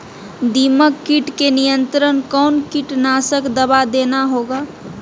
दीमक किट के नियंत्रण कौन कीटनाशक दवा देना होगा?